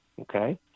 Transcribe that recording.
Okay